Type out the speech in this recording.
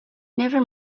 never